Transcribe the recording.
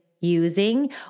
using